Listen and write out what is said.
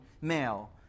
male